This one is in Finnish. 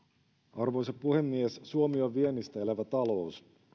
arvoisa puhemies suomi on viennistä elävä talous